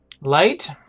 light